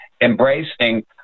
embracing